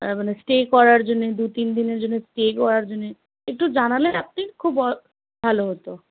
আর মানে স্টে করার জন্যে দু তিন দিনের জন্যে স্টে করার জন্যে একটু জানালে আপনি খুব ব ভালো হতো